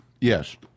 Yes